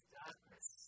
darkness